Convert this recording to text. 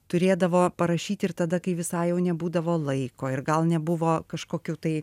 turėdavo parašyt ir tada kai visai jau nebūdavo laiko ir gal nebuvo kažkokių tai